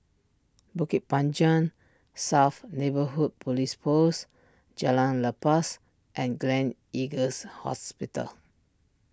Bukit Panjang South Neighbourhood Police Post Jalan Lepas and Gleneagles Hospital